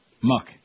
Muck